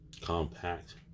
compact